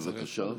בבקשה.